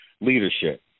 leadership